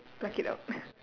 pluck it out